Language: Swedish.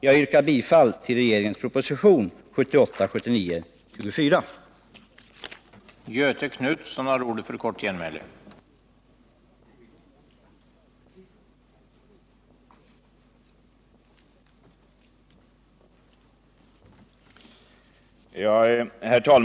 Jag yrkar bifall till regeringens proposition 1978/79:24.